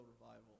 Revival